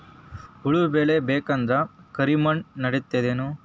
ಹುವ ಬೇಳಿ ಬೇಕಂದ್ರ ಕರಿಮಣ್ ನಡಿತದೇನು?